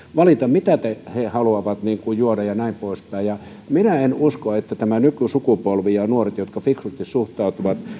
valita mitä he haluavat juoda ja näin poispäin minä uskon että nykysukupolvi ja ja nuoret jotka fiksusti suhtautuvat